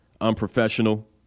unprofessional